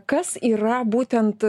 kas yra būtent